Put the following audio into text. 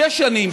שש שנים,